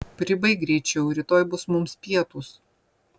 pribaik greičiau rytoj bus mums pietūs